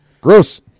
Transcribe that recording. Gross